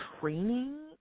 training